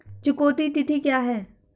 चुकौती तिथि क्या है?